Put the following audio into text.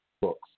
books